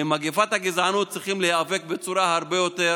במגפת הגזענות צריכים להיאבק בצורה הרבה יותר